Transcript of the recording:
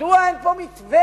מדוע אין פה מתווה